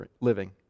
living